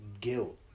guilt